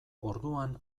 orduan